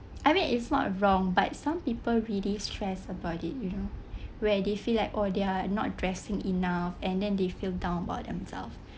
I mean it's not wrong but some people really stress about it you know where they feel like orh they are not dressing enough and then they feel down about themselves